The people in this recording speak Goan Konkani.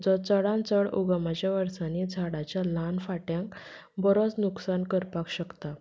जो चडान चड उगमाच्या वर्सांनी झाडाच्या ल्हान फाट्यांक बरोच नुकसान करपाक शकता